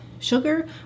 sugar